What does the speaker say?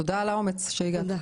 תודה על האומץ שהגעת.